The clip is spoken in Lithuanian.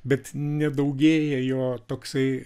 bet nedaugėja jo toksai